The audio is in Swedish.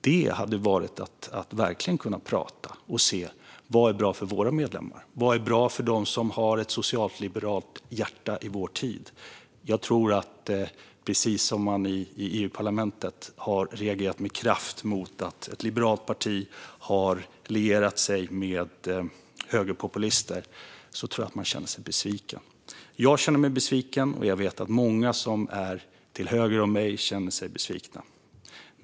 Det hade verkligen kunnat innebära att prata och se vad som är bra för våra medlemmar och för dem som har ett socialliberalt hjärta i vår tid. Jag tror att de känner sig besvikna, precis som att man i EU-parlamentet har reagerat med kraft mot att ett liberalt parti har lierat sig med högerpopulister. Jag känner mig besviken, och jag vet att många som är till höger om mig känner sig besvikna.